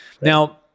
Now-